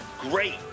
great